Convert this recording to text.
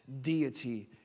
deity